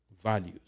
values